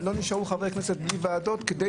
לא נשארו חברי כנסת בלי ועדות כדי